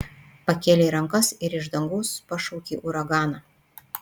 pakėlei rankas ir iš dangaus pašaukei uraganą